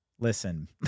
listen